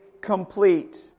complete